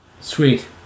Sweet